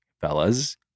fellas